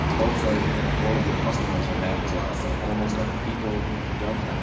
also all of your customers are down as well. so almost like people don't